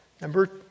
number